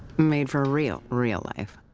made for real, real life.